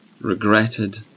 regretted